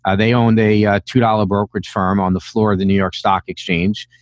ah they owned a ah two dollars brokerage firm on the floor of the new york stock exchange.